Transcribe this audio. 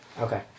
Okay